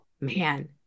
Man